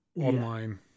online